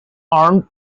earned